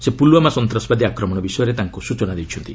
ସେ ପୁଲ୍ୱାମା ସନ୍ତାସବାଦୀ ଆକ୍ରମଣ ବିଷୟରେ ତାଙ୍କୁ ସୂଚନା ଦେଇଛନ୍ତି